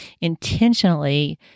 intentionally